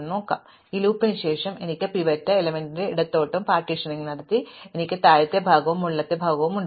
അതിനാൽ ഒടുവിൽ ഈ ലൂപ്പിന് ശേഷം എനിക്ക് പിവറ്റ് എലമെൻറ് ഉള്ളിടത്തോളം ഈ പാർട്ടീഷനിംഗ് നടത്തി എനിക്ക് താഴത്തെ ഭാഗവും മുകളിലെ ഭാഗവും ഉണ്ട്